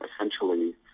essentially